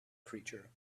creature